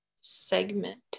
segment